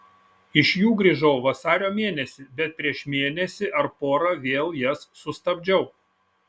iš jų grįžau vasario mėnesį bet prieš mėnesį ar porą vėl jas sustabdžiau